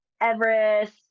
Everest